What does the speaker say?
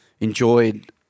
enjoyed